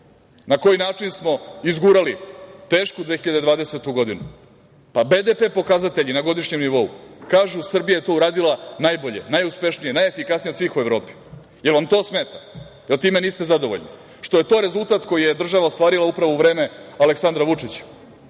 Na koji način smo izgurali tešku 2020. godinu, pa BDP pokazatelji na godišnjem nivou kažu – Srbija je to uradila najbolje, najuspešnije, najefikasnije od svih u Evropi. Da li vam to smeta? Da li time niste zadovoljni, što je to rezultat koji je država ostvarila upravo u vreme Aleksandra Vučića,